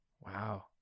Wow